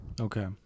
Okay